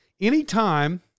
Anytime